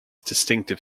distinctive